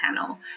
panel